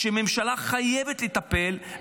שהממשלה חייבת לטפל בו,